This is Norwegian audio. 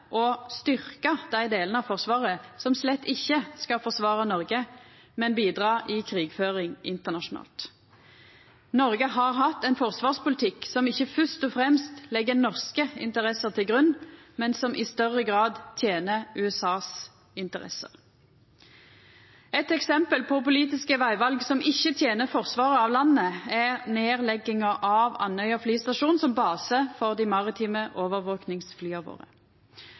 dei delane av Forsvaret som slett ikkje skal forsvara Noreg, men bidra i krigføring internasjonalt. Noreg har hatt ein forsvarspolitikk som ikkje fyrst og fremst legg norske interesser til grunn, men som i større grad tener USAs interesser. Eit eksempel på politiske vegval som ikkje tener forsvaret av landet, er nedlegginga av Andøya flystasjon som base for dei maritime overvakingsflya våre.